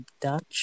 Dutch